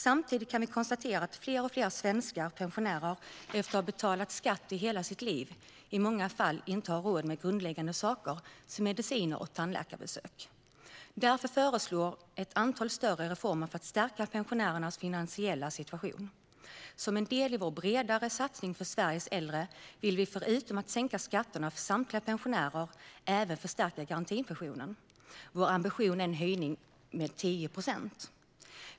Samtidigt kan vi konstatera att fler och fler svenska pensionärer efter att ha betalat skatt i hela sitt liv i många fall inte har råd med grundläggande saker som mediciner och tandläkarbesök. Därför föreslås ett antal större reformer för att stärka pensionärernas finansiella situation. Som en del i vår bredare satsning för Sveriges äldre vill vi förutom att sänka skatterna för samtliga pensionärer även förstärka garantipensionen. Vår ambition är en höjning med 10 procent.